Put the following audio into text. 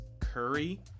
Curry